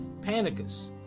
Panicus